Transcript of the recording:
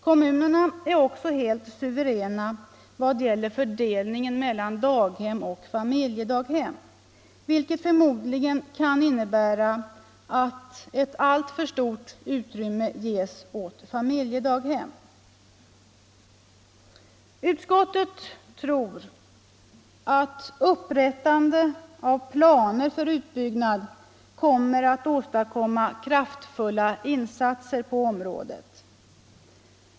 Kommunerna är också helt suveräna vad gäller fördelningen mellan daghem och familjedaghem, vilket förmodligen kan innebära att ett alltför stort utrymme ges åt familjedaghem. Utskottet tror att upprättande av planer för utbyggnad kommer att åstadkomma kraftfulla insatser på området.